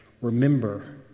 remember